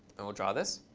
and we'll draw this.